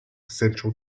central